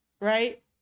right